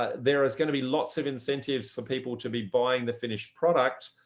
there is going to be lots of incentives for people to be buying the finished product